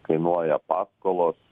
kainuoja paskolos